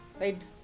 Right